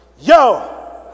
Yo